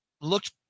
looked